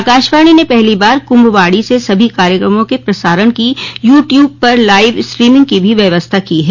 आकाशवाणी ने पहलो बार कुम्भवाणी से सभी कार्यक्रमों के प्रसारण की यू ट्यूब पर लाइव स्ट्रीमिंग की भी व्यवस्था की है